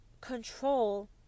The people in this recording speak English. control